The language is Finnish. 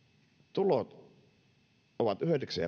tulot ovat yhdeksän